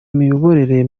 miyoborere